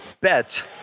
bet